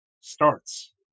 starts